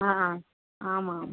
ஆ ஆமாம் ஆமாம்